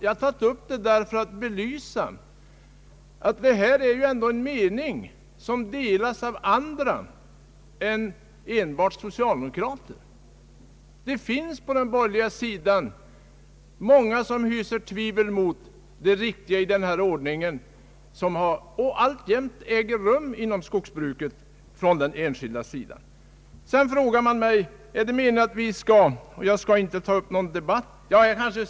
Jag tog upp denna ledare för att belysa att det här är fråga om en mening som delas av andra än enbart socialdemokrater. Det finns på den borgerliga sidan många som hyser tvivel om det riktiga i den ordning som råder inom det enskilda skogsbruket.